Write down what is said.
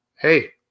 hey